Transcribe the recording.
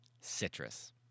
citrus